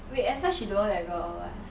wait at first she don't know that girl or what